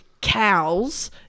Cows